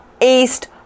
East